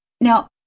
now